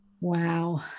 wow